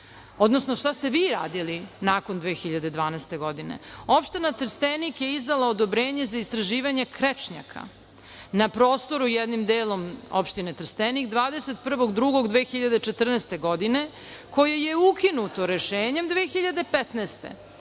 odnosno šta ste vi radili nakon 2012. godine. Opština Trstenik je izdala odobrenje za istraživanje krečnjaka na prostoru jednim delom opštine Trstenik, 21. 2. 2014. godine, koje je ukinuto rešenjem 2015.